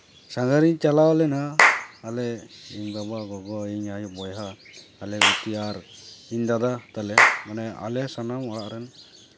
ᱥᱟᱸᱜᱷᱟᱨ ᱤᱧ ᱪᱟᱞᱟᱣ ᱞᱮᱱᱟ ᱟᱞᱮ ᱤᱧ ᱵᱟᱵᱟ ᱜᱚᱜᱚ ᱤᱧ ᱟᱭᱳ ᱵᱚᱭᱦᱟ ᱟᱞᱮ ᱵᱤᱴᱤ ᱟᱨ ᱤᱧ ᱫᱟᱫᱟ ᱛᱟᱞᱮ ᱢᱟᱱᱮ ᱟᱞᱮ ᱥᱟᱱᱟᱢ ᱚᱲᱟᱜ ᱨᱮᱱ